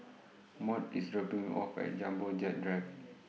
Maud IS dropping Me off At Jumbo Jet Drive